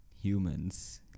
humans